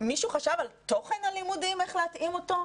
מישהו חשב על תוכן הלימודים איך להתאים אותו?